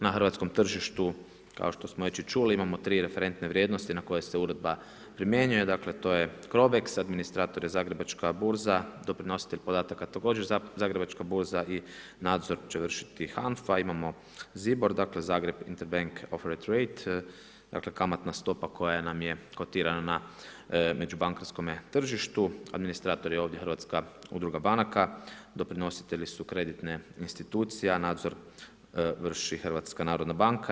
Na hrvatskom tržištu kao što smo već i čuli, imamo 3 referentne vrijednosti na koje se uredba primjenjuje, dakle to je Crobex, administrator je Zagrebačka burza, doprinositelj podataka također Zagrebačka burza i nadzor će vršiti HANFA, imamo ZIBOR, dakle Zagreb Interbank offered rate, dakle kamatna stopa koja nam je kotirana na međubankarskome tržištu, administrator je ovdje Hrvatska udruga banaka, doprinostelji su kreditne institucije, nadzor vrši HNB.